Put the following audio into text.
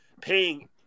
paying